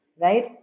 right